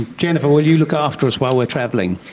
jennifer, will you look after us while we are travelling?